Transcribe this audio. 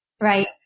Right